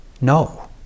No